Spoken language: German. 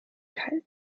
kalte